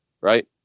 right